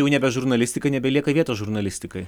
jau nebe žurnalistika nebelieka vietos žurnalistikai